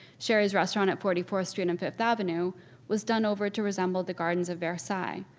sherry's restaurant at forty fourth street and fifth avenue was done over to resemble the gardens of versailles,